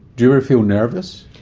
do you ever feel nervous?